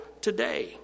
today